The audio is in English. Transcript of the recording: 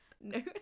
No